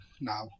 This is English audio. Now